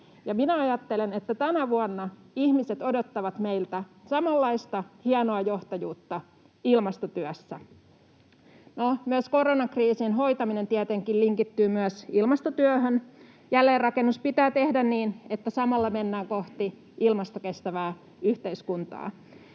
ajattelen, että tänä vuonna ihmiset odottavat meiltä samanlaista hienoa johtajuutta ilmastotyössä. Myös koronakriisin hoitaminen tietenkin linkittyy myös ilmastotyöhön. Jälleenrakennus pitää tehdä niin, että samalla mennään kohti ilmastokestävää yhteiskuntaa.